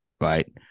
right